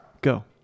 go